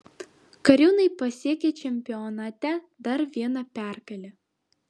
kariūnai pasiekė čempionate dar vieną pergalę